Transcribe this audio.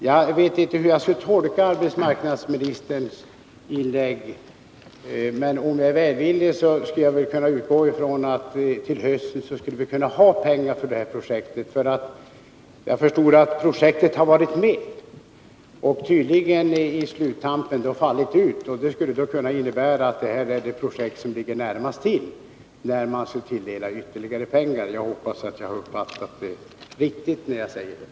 Jag vet inte hur jag skall tolka arbetsmarknadsministerns inlägg, men om jag tolkar det som välvilligt kan jag kanske utgå från att vi till hösten skulle kunna ha pengar för det här projektet. Jag förstod att det var med i diskussionen, men att det tydligen på sista tampen fallit bort. Det skulle alltså kunna innebära att det nu ligger närmast till, när man skall fördela ytterligare medel. Jag hoppas att jag på den punkten har uppfattat arbetsmarknadsministern rätt.